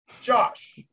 Josh